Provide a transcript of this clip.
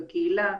בקהילה.